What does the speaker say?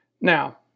Now